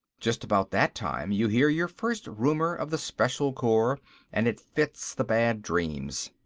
just about that time you hear your first rumor of the special corps and it fits the bad dreams.